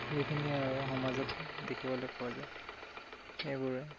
সেইখিনিয়ে আৰু সমাজত দেখিবলৈ পোৱা যায় এইবোৰে